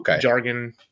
jargon